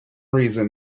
reason